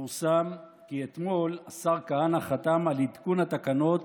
פורסם כי אתמול השר כהנא חתם על עדכון התקנות